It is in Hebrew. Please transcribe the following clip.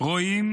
רואים